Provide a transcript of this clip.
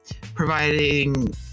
providing